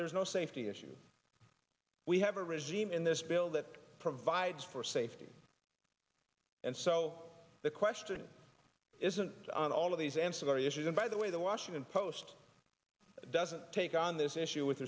there's no safety issue we have a regime in this bill that provides for safety and so the question isn't on all of these ancillary issues and by the way the washington post doesn't take on this issue with